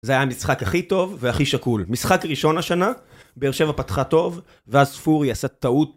זה היה המשחק הכי טוב, והכי שקול. משחק ראשון השנה, באר שבע פתחה טוב, ואז ספורי עשה טעות.